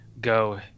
go –